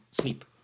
sleep